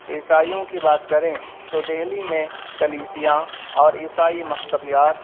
عیسائیوں کی بات کریں تو دہلی میں کلیسیا اور عیسائی مکتبیات